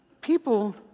people